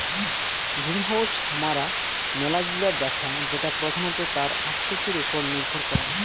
greenhouse হামারা মেলা গিলা দেখঙ যেটা প্রধানত তার আকৃতির ওপর নির্ভর করাং